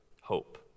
hope